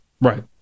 Right